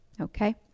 okay